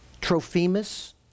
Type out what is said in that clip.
Trophimus